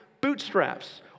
bootstraps